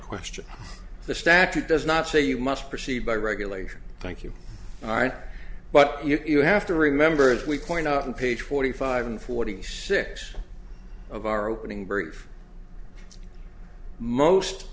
question the statute does not say you must proceed by regulation thank you all right but you have to remember as we point out on page forty five and forty six of our opening brief most